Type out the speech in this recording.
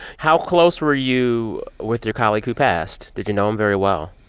how close were you with your colleague who passed? did you know him very well?